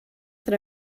that